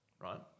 right